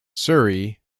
surrey